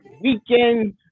weekend